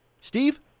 Steve